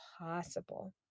possible